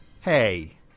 Hey